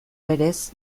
berez